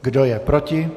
Kdo je proti?